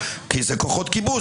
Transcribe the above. כי זה כוחות כיבוש.